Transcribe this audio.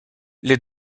les